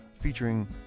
featuring